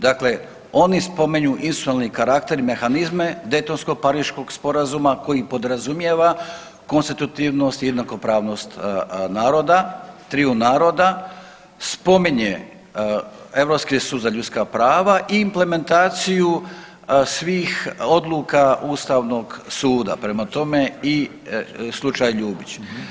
Dakle, oni spominju institucionalni karakter i mehanizme Daytonsko-pariškog sporazuma koji podrazumijeva konstitutivnost i jednakopravnost naroda, triju naroda, spominje Europski sud za ljudska prava i implementaciju svih odluka Ustavnog suda, prema tome i slučaj Ljubić.